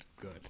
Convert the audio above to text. good